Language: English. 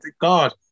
God